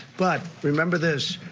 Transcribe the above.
but remember this,